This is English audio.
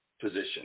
position